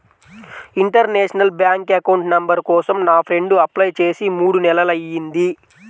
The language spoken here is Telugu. ఇంటర్నేషనల్ బ్యాంక్ అకౌంట్ నంబర్ కోసం నా ఫ్రెండు అప్లై చేసి మూడు నెలలయ్యింది